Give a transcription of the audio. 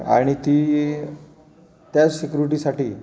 आणि ती त्याच सिक्युरिटीसाठी